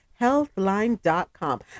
healthline.com